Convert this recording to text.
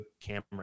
camera